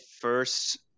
first